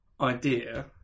idea